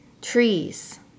tree's